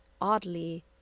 Oddly